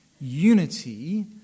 unity